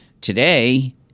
today